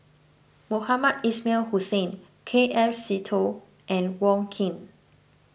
Mohamed Ismail Hussain K F Seetoh and Wong Keen